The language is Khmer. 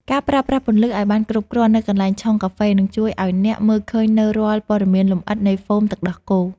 ការប្រើប្រាស់ពន្លឺឱ្យបានគ្រប់គ្រាន់នៅកន្លែងឆុងកាហ្វេ នឹងជួយឱ្យអ្នកមើលឃើញនូវរាល់ព័ត៌មានលម្អិតនៃហ្វូមទឹកដោះគោ។